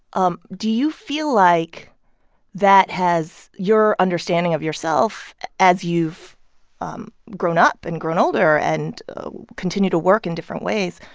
um do you feel like that has your understanding of yourself as you've um grown up and grown older and continue to work in different ways,